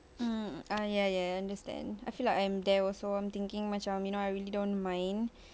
mm ah ya ya understand I feel like I'm there also I'm thinking macam you know I really don't mind